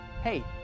hey